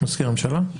מזכיר הממשלה?